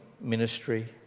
ministry